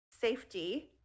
safety